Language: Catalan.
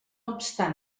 obstant